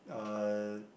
uh